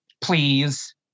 Please